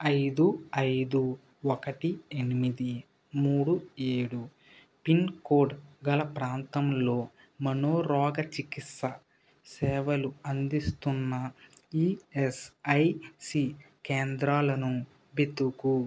ఐదు ఐదు ఒకటి ఎనిమిది మూడు ఏడు పిన్ కోడ్ గల ప్రాంతంలో మనోరోగచికిత్సా సేవలు అందిస్తున్న ఈఎస్ఐసి కేంద్రాలను వెతుకు